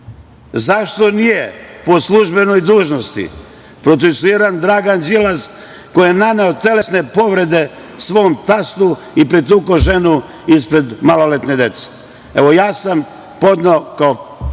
zašto nije po službenoj dužnosti procesuiran Dragan Đilas koji je naneo telesne povrede svom tastu i pretukao ženu ispred maloletne dece? Evo, ja sam podneo kao